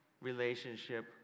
relationship